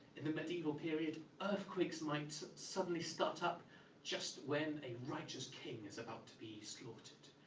in the medieval period, earthquakes might suddenly start up just when a righteous king is about to be slaughtered.